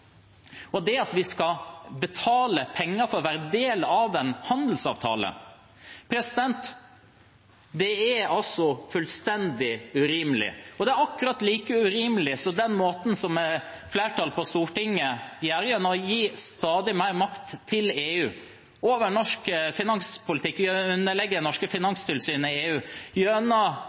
offentlige midler. At vi skal betale penger for å være del av en handelsavtale, er fullstendig urimelig. Det er akkurat like urimelig som den måten flertallet på Stortinget gir stadig mer makt til EU over norsk finanspolitikk ved å underlegge det norske Finanstilsynet EU, og gjennom å legge vitale deler av norsk energipolitikk i EUs hender gjennom